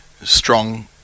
strong